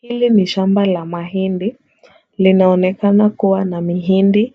Hili ni shamba la mahindi. Linaonekana kuwa na mihindi,